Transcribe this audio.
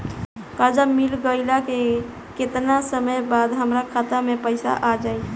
कर्जा मिल गईला के केतना समय बाद हमरा खाता मे पैसा आ जायी?